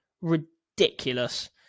ridiculous